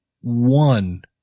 one